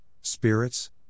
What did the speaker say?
spirits